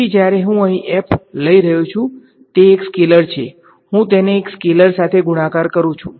તેથીજ્યારે હું અહીં f લઈ રહ્યો છુંતે એક સ્કેલેર છે હું તેને એક સ્કેલેર સાથે ગુણાકાર કરું છું